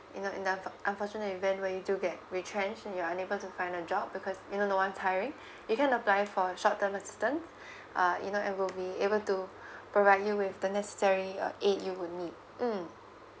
you know in the unfor~ unfortunate event where you do get retrenched and you're unable to find a job because you know no one is hiring you can apply for a short time assistance uh you know and we'll be able to provide you with the necessary uh aid you would need mm